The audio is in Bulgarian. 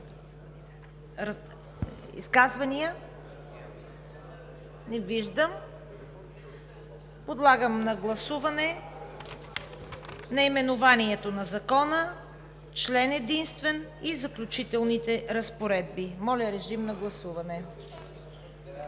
Изказвания? Не виждам. Подлагам на гласуване наименованието на Закона, член единствен и Заключителна разпоредба. Гласували